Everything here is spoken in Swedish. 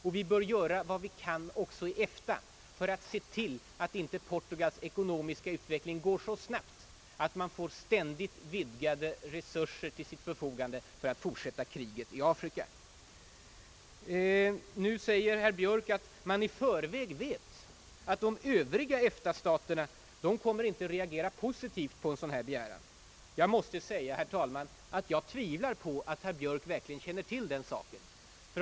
Och vi bör även i EFTA göra vad som är möjligt för att hindra att Portugals ekonomiska utveckling går så raskt att landet får ständigt ökade resurser till sitt förfogande för att fortsätta kriget i Afrika. Herr Björk säger att man i förväg vet att de övriga EFTA-staterna inte kommer att reagera positivt på en sådan här begäran. Jag tvivlar faktiskt, herr talman, på att herr Björk verkligen känner till den saken.